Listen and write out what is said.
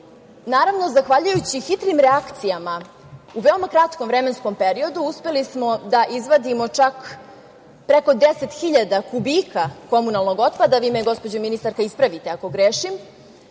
zahvaljujući hitrim reakcijama, u veoma kratkom vremenskom periodu, uspeli smo da izvadimo, čak preko 10.000 kubika komunalnog otpada, vi me gospođo ministarka ispravite ako grešim,